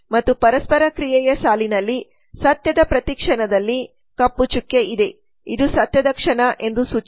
ಮತ್ತು ಪರಸ್ಪರ ಕ್ರಿಯೆಯ ಸಾಲಿನಲ್ಲಿ ಸತ್ಯದ ಪ್ರತಿ ಕ್ಷಣದಲ್ಲಿ ಕಪ್ಪು ಚುಕ್ಕೆ ಇದೆ ಇದು ಸತ್ಯದ ಕ್ಷಣ ಎಂದು ಸೂಚಿಸುತ್ತದೆ